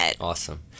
Awesome